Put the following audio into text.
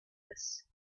his